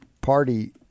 party